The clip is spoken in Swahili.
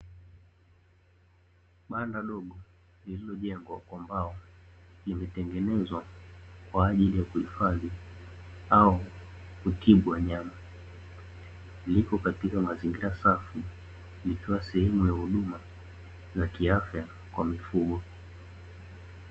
Banda dogo lililojengwa kwa mbao limetengenezwa kwa ajili ya kuhifadhi au kutibu wanyama, lipo katika mazingira safi ikiwa sehemu ya huduma za kiafya kwa mifugo.